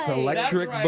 electric